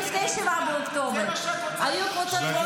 עוד לפני 7 באוקטובר -- זה מה שאת רוצה,